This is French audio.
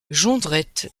jondrette